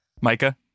Micah